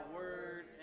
word